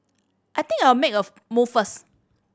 I think I'll make a move first